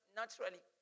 naturally